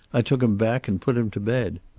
i took him back and put him to bed.